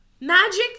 magic